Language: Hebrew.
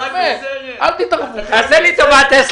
העומד בראשה ויתר החברים,